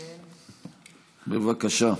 בבקשה.